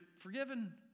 forgiven